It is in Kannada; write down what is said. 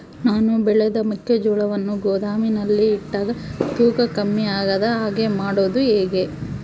ನಾನು ಬೆಳೆದ ಮೆಕ್ಕಿಜೋಳವನ್ನು ಗೋದಾಮಿನಲ್ಲಿ ಇಟ್ಟಾಗ ತೂಕ ಕಮ್ಮಿ ಆಗದ ಹಾಗೆ ಮಾಡೋದು ಹೇಗೆ?